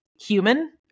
human